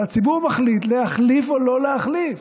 והציבור מחליט להחליף או לא להחליף.